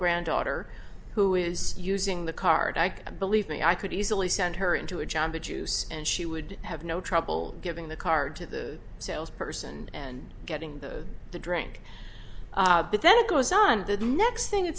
granddaughter who is using the card i believe me i could easily send her into a java juice and she would have no trouble giving the card to the sales person and getting the drink but then it goes on the next thing it